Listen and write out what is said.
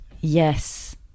Yes